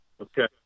Okay